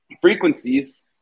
frequencies